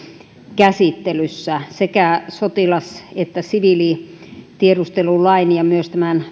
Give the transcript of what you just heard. käsittelyssä sekä sotilas että siviilitiedustelulain ja myös tämän